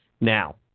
Now